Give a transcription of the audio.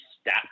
step